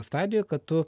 stadija kad tu